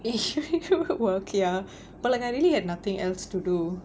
during work ya but like I really had nothing else to do